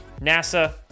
NASA